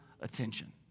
attention